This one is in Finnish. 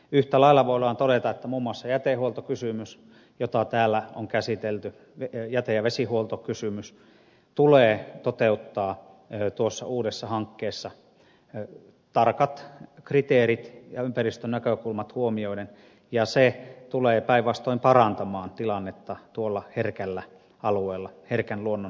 yhtä lailla voidaan todeta että muun muassa jätehuoltokysymys jota täällä on käsitelty jäte ja vesihuoltokysymys tulee toteuttaa tuossa uudessa hankkeessa tarkat kriteerit ja ympäristönäkökulmat huomioiden ja se tulee päinvastoin parantamaan tilannetta tuolla herkällä alueella herkän luonnon keskellä